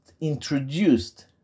introduced